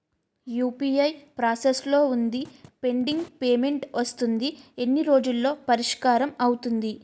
UPI process లో వుందిపెండింగ్ payment వస్తుంది ఎన్ని రోజుల్లో పరిష్కారం అవుతుంది